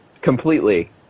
completely